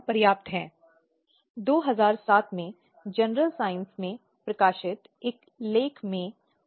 पता है दिसंबर में एक रात को वह एक बस में कुछ आरोपियों द्वारा हिंसक तरीके से उल्लंघन किया गया था